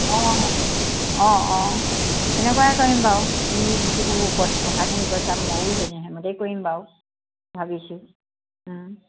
অঁ অঁ অঁ তেনেকুৱাই কৰিম বাৰু তুমি যিটো কৰিব কথাখিনি কৈছা মইওো সেইমতে কৰিম বাৰু ভাবিছোঁ